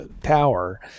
Tower